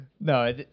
no